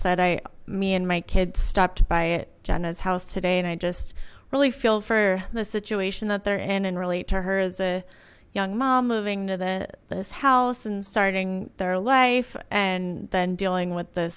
said i me and my kids stopped by it jenna's house today and i just really feel for the situation that they're in and relate to her as a young mom moving to the this house and starting their life and then dealing with th